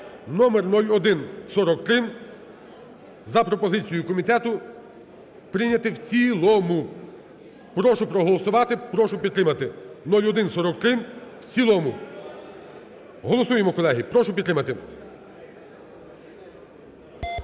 (номер 0143) за пропозицією комітету прийняти в цілому. Прошу проголосувати, прошу підтримати 0143 в цілому. Голосуємо, колеги. Прошу підтримати.